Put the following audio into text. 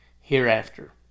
hereafter